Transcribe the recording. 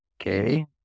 Okay